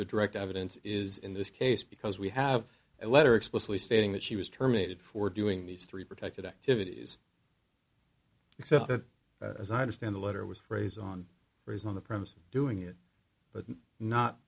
the direct evidence is in this case because we have a letter explicitly stating that she was terminated for doing these three protected activities except that as i understand the letter was raised on her is on the purpose of doing it but not